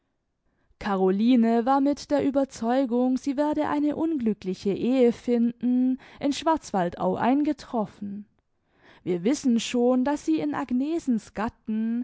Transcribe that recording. caroline war mit der ueberzeugung sie werde eine unglückliche ehe finden in schwarzwaldau eingetroffen wir wissen schon daß sie in agnesens gatten